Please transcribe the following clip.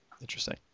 Interesting